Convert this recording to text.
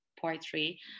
poetry